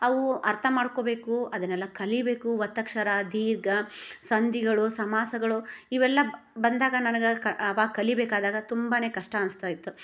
ಅವು ಅರ್ಥ ಮಾಡ್ಕೊಬೇಕು ಅದನ್ನೆಲ್ಲ ಕಲಿಯಬೇಕು ಒತ್ತಕ್ಷರ ದೀರ್ಘ ಸಂಧಿಗಳು ಸಮಾಸಗಳು ಇವೆಲ್ಲ ಬಂದಾಗ ನನಗೆ ಕ ಅವಾಗ್ ಕಲಿಬೇಕಾದಾಗ ತುಂಬಾನೇ ಕಷ್ಟ ಅನ್ಸ್ತಾ ಇತ್ತು